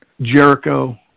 Jericho